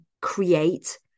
create